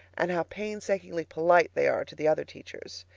and how painstakingly polite they are to the other teachers.